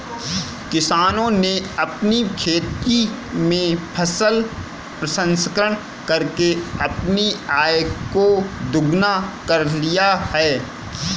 किसानों ने अपनी खेती में फसल प्रसंस्करण करके अपनी आय को दुगना कर लिया है